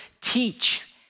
teach